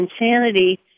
insanity